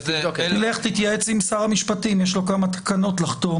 לך תתייעץ עם שר המשפטים, יש לו כמה תקנות לחתום.